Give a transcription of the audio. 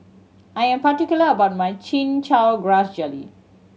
I am particular about my Chin Chow Grass Jelly